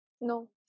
No